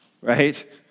right